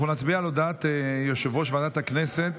אנחנו נצביע על הודעת יושב-ראש ועדת הכנסת.